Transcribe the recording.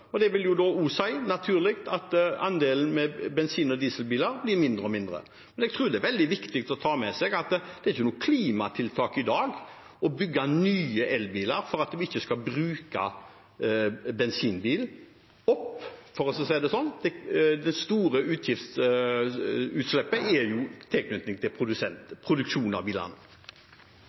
og større. Og det vil da også si, naturlig nok, at andelen bensin- og dieselbiler blir mindre og mindre. Men jeg tror det er veldig viktig å ta med seg at det ikke er noe klimatiltak i dag å bygge nye elbiler for at vi ikke skal bruke bensinbilene «opp», for å si det sånn. De store utslippene er jo i tilknytning til produksjonen av bilene.